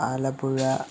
Alappuzha